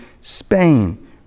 Spain